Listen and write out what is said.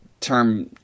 term